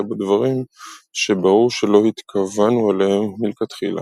בו דברים שברור שלא התכוונו אליהם מלכתחילה.